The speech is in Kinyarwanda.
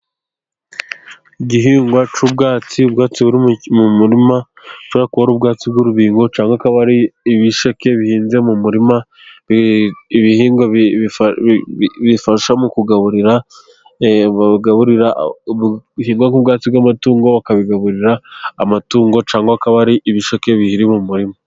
Igihingwa cy'ubwatsi, ubwatsi buri mu murima bushobora kuba ari ubwatsi bw'urubingo, cyangwa akaba ari ibisheke bihinze mu murima. Ibihingwa bifasha mu kugaburira, uhinga nk'ubwatsi bw'amatungo ukabigaburira amatungo, cyangwa akaba ari ibisheke biri mu murima.